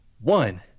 One